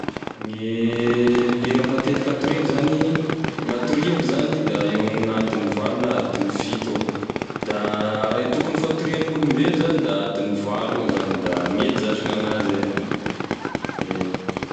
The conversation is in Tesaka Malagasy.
Gne lera matetika hatoriako zany gn'hatoriako zany da eo amin'ny adin'ny valo na adin'ny fito eo da raha e tokony fatoriagn'olombelo zany da adin'ny valo eo zany da mety zash gn'anahy zay lo ie.